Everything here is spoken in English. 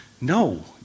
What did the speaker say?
No